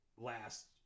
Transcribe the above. last